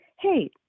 hey